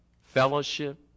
fellowship